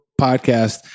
podcast